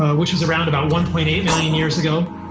ah which is around about one point eight million years ago,